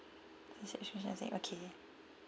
okay